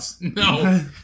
No